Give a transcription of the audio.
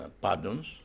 pardons